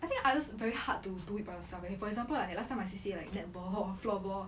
I think others very hard to do it by yourself leh for example like last time my C_C_A like netball or floorball